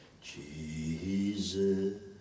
Jesus